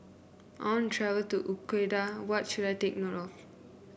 I want to travel to Ecuador what should I take note of